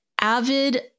avid